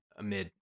Amid